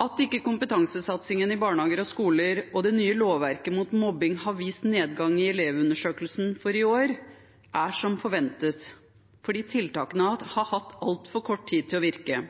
At ikke kompetansesatsingen i barnehager og skoler og det nye lovverket mot mobbing har vist nedgang i elevundersøkelsen for i år, er som forventet, fordi tiltakene har hatt altfor kort tid til å virke.